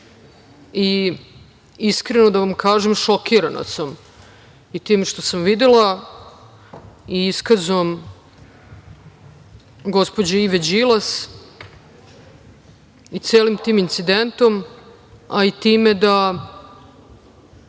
Iskreno da vam kažem, šokirana sam i time što sam videla i iskazom gospođe Ive Đilas i celim tim incidentom, a i time da